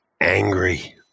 angry